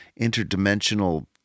interdimensional